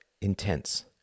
intense